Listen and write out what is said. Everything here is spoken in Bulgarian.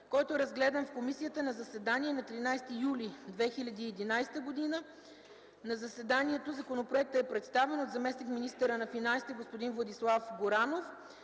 който е разгледан в комисията на заседание на 13 юли 2011 г. „На заседанието законопроектът е представен от заместник-министъра на финансите господин Владислав Горанов.